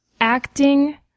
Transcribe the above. acting